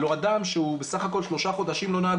הלוא אדם שהוא בסה"כ שלושה חודשים לא נהג,